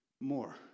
more